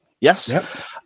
yes